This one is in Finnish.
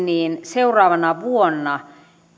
niin seuraavana vuonna